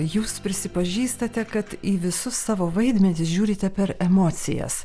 jūs prisipažįstate kad į visus savo vaidmenis žiūrite per emocijas